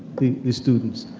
the the students.